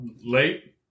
late